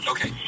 Okay